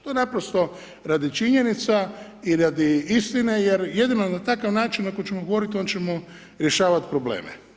To naprosto radi činjenica i radi istine, jer jedino na takav način, ako ćemo govoriti, onda ćemo rješavati probleme.